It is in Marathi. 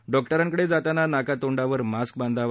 डॉक्टरांकडज्ञाताना नाकातोंडावर मास्क बांधावा